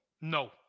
No